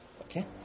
Okay